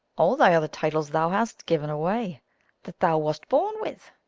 all thy other titles thou hast given away that thou wast born with.